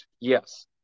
yes